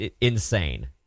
insane